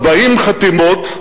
40 חתימות.